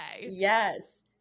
Yes